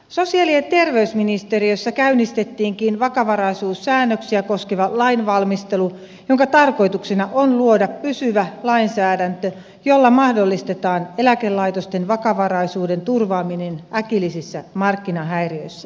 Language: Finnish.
sosiaali ja terveysministeriössä käynnistettiinkin vakavaraisuussäännöksiä koskeva lainvalmistelu jonka tarkoituksena on luoda pysyvä lainsäädäntö jolla mahdollistetaan eläkelaitosten vakavaraisuuden turvaaminen äkillisissä markkinahäiriöissä